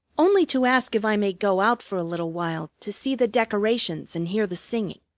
only to ask if i may go out for a little while to see the decorations and hear the singing.